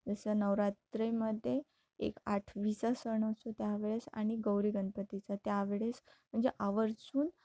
जसं नवरात्रीमध्ये एक आठवीचा सण असतो त्यावेळेस आणि गौरी गणपतीचा त्यावेळेस म्हणजे आवर्जून